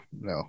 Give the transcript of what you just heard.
no